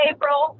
April